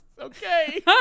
Okay